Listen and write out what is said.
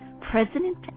President